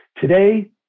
Today